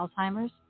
Alzheimer's